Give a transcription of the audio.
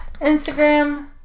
Instagram